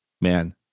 Man